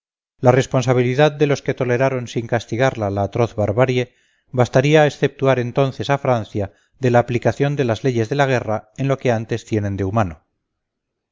la responsabilidad de los que toleraron sin castigarla tan atroz barbarie bastaría a exceptuar entonces a francia de la aplicación de las leyes de la guerra en lo que antes tienen de humano